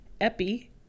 epi